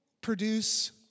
produce